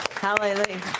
hallelujah